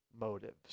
motives